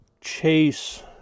chase